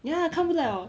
ya 看不到了